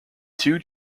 two